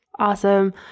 Awesome